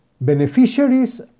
Beneficiaries